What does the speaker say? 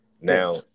now